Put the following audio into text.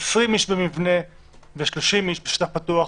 ל-20 איש במבנה ו-30 בשטח פתוח,